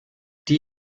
die